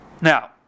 now